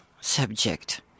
subject